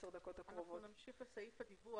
נמשיך לסעיף הדיווח.